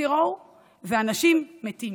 זירו, ואנשים מתים.